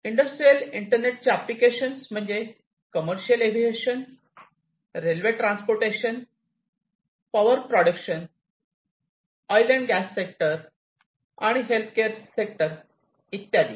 industrial इंटरनेटचे applications म्हणजे commercial aviation railway transportation power production oil and gas sector आणि healthcare sector इत्यादी